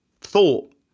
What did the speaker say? thought